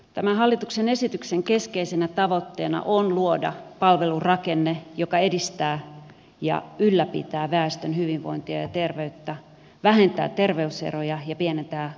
tämän hallituksen esityksen keskeisenä tavoitteena on luoda palvelurakenne joka edistää ja ylläpitää väestön hyvinvointia ja terveyttä vähentää terveyseroja ja pienentää kestävyysvajetta